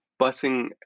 busing